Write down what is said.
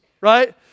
right